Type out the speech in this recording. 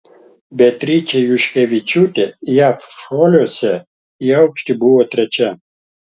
beatričė juškevičiūtė jav šuoliuose į aukštį buvo trečia